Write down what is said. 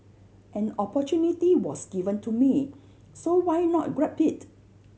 an opportunity was given to me so why not grab it